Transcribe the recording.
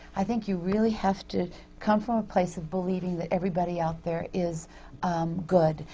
i think you really have to come from a place of believing that everybody out there is good.